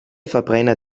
verbrenner